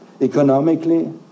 economically